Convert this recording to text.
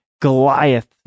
Goliath